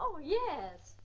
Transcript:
oh yes